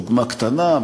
דוגמה קטנה,